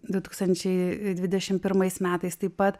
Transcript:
du tūkstančiai dvidešim pirmais metais taip pat